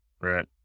right